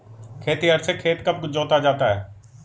खेतिहर से खेत कब जोता जाता है?